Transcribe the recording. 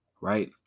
right